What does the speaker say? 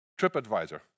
TripAdvisor